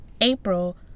April